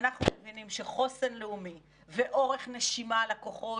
ואנחנו מבינים שחוסן לאומי ואורך נשימה לכוחות